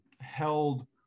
held